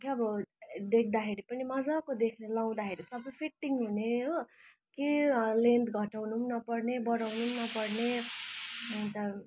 के अब देख्दाखेरि पनि मजाको देख्ने लगाउँदाखेरि सबै फिटिङ हुने हो केही लेन्थ घटाउनु पनि नपर्ने बढाउनु पनि नपर्ने अन्त